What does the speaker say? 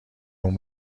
اون